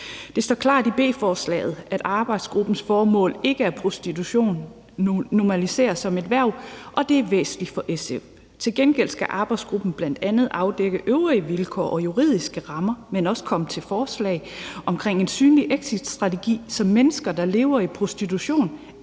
Det står klart i B-forslaget, at arbejdsgruppens formål ikke er, at prostitution normaliseres som et erhverv, og det er væsentligt for SF. Til gengæld skal arbejdsgruppen bl.a. afdække øvrige vilkår og juridiske rammer, men også komme med forslag til en synlig exitstrategi, så mennesker, der lever i prostitution,